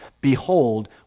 Behold